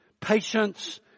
patience